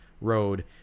road